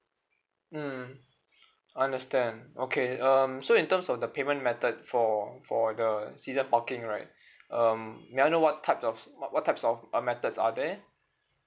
mm understand okay um so in terms of the payment method for for the season parking right um may I know what type of what types of uh methods are there